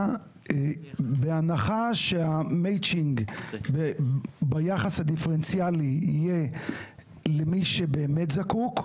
בהנחה שהמצ'ינג ביחס הדיפרנציאלי יהיה למי שבאמת זקוק,